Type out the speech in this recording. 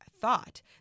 thought